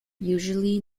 usually